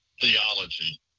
theology